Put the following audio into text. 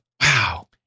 Wow